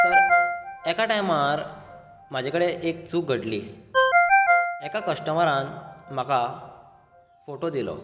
तर एका टायमार म्हजे कडेन एक चूक घडली एका क्शटमरान म्हाका फोटो दिलो